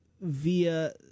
via